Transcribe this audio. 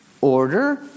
Order